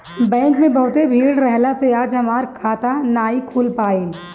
bank में बहुते भीड़ रहला से आज हमार खाता नाइ खुल पाईल